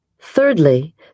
Thirdly